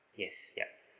yes yup